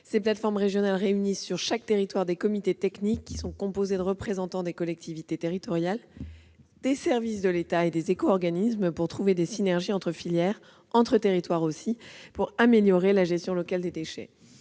Ces plateformes régionales réunissent sur chaque territoire des comités techniques composés de représentants des collectivités territoriales, des services de l'État et des éco-organismes pour trouver des synergies entre filières et entre territoires afin d'améliorer la gestion locale des déchets.